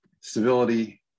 stability